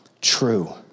true